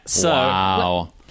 Wow